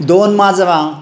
दोन माजरां